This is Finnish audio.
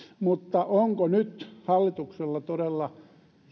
mutta onko nyt hallituksella todella